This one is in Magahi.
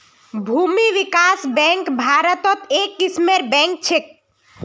भूमि विकास बैंक भारत्त एक किस्मेर बैंक छेक